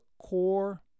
core